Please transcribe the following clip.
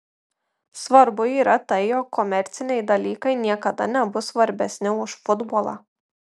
svarbu yra tai jog komerciniai dalykai niekada nebus svarbesni už futbolą